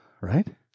right